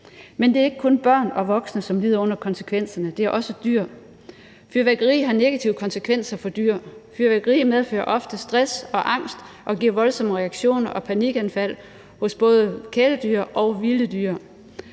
Men det er ikke kun børn og voksne, som lider under konsekvenserne, det er også dyr. Fyrværkeri har negative konsekvenser for dyr, fyrværkeri medfører ofte stress og angst og giver voldsomme reaktioner og panikanfald hos både kæledyr og vilde dyr.